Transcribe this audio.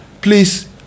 Please